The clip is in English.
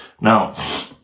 Now